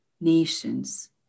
nations